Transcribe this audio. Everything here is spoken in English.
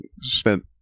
spent